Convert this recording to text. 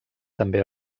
també